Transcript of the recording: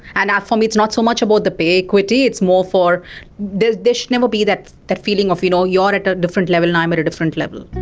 and for me it's not so much about the pay equity it's more for there should never be that that feeling of you know you're at a different level and i'm at a different level.